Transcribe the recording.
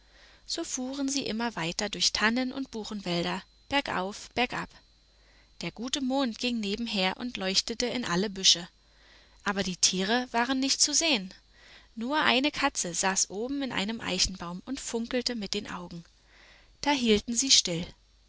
so fuhren sie immer weiter durch tannen und buchenwälder bergauf und bergab der gute mond ging nebenher und leuchtete in alle büsche aber die tiere waren nicht zu sehen nur eine kleine katze saß oben in einem eichbaum und funkelte mit den augen da hielten sie still